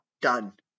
done